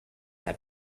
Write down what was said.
have